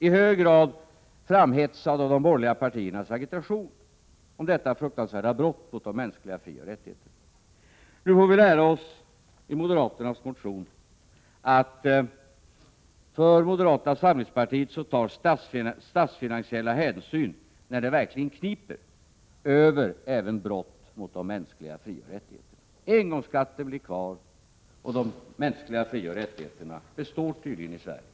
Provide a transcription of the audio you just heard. I hög grad har denna anmälan framhetsats av de borgerliga partiernas agitation i fråga om detta fruktansvärda brott. Nu får vi i moderaternas motion lära oss att för moderata samlingspartiet tar statsfinansiella hänsyn, när det verkligen kniper, över också i fråga om brott mot de mänskliga frioch rättigheterna. Engångsskatten blir kvar, men de mänskliga frioch rättigheterna består tydligen i Sverige.